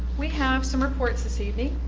we have some reports this evening.